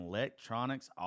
Electronics